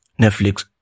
Netflix